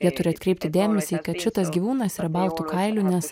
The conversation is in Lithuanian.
jie turi atkreipti dėmesį kad šitas gyvūnas yra baltu kailiu nes